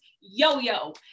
yo-yo